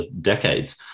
decades